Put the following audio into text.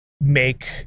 make